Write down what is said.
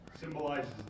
Symbolizes